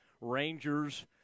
Rangers